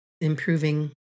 improving